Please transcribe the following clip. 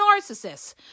narcissists